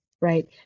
right